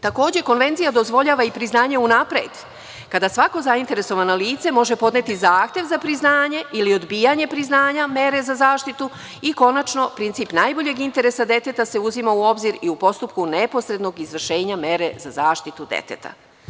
Takođe, Konvencija dozvoljava i priznanje unapred kada svako zainteresovano lice može podneti zahtev za priznanje ili odbijanje priznanja mere za zaštitu i konačno princip najboljeg interesa deteta se uzima u obzir i u postupku neposrednog izvršenja mere za zaštitu deteta.